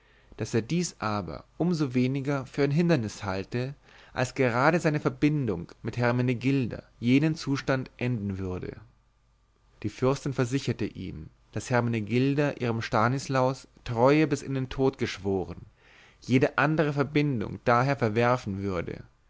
daß er dies aber um so weniger für ein hindernis halte als gerade seine verbindung mit hermenegilda jenen zustand enden würde die fürstin versicherte ihm daß hermenegilda ihrem stanislaus treue bis in den tod geschworen jede andere verbindung daher verwerfen würde